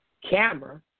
camera